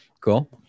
cool